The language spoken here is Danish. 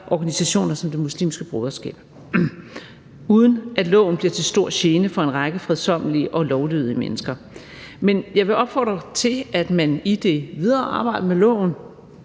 organisationer som Det Muslimske Broderskab, uden at loven bliver til stor gene for en række fredsommelige og lovlydige mennesker. Men jeg vil opfordre til, at man i det videre arbejde med